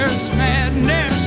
Madness